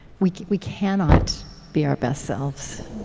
we we cannot be our best selves.